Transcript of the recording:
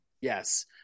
Yes